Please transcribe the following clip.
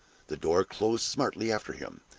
the door closed smartly after him,